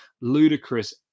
ludicrous